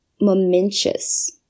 momentous